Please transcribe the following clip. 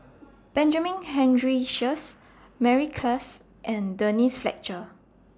Benjamin Henry Sheares Mary Klass and Denise Fletcher